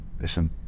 Listen